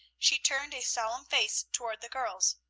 she turned a solemn face toward the girls,